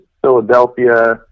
Philadelphia